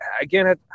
again